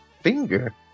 finger